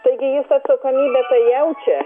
taigi jis atsakomybę tai jaučia